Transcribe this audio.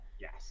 Yes